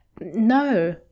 no